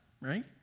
Right